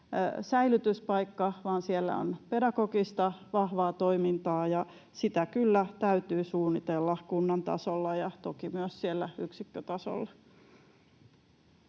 säilytyspaikka, vaan siellä on vahvaa pedagogista toimintaa, ja sitä kyllä täytyy suunnitella kunnan tasolla ja toki myös siellä yksikkötasolla.